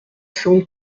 son